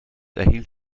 erhielt